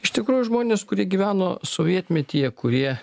iš tikrųjų žmonės kurie gyveno sovietmetyje kurie